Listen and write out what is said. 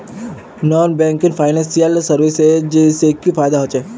Non banking financial services से की फायदा होचे?